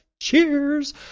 cheers